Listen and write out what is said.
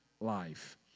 life